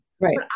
Right